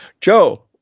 Joe